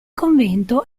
convento